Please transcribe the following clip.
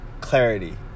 clarity